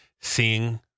seeing